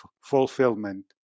fulfillment